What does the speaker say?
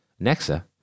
Nexa